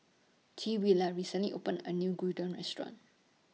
Twila recently opened A New Gyudon Restaurant